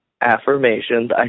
affirmations